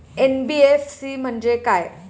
NBFC म्हणजे काय?